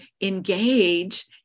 engage